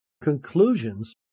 conclusions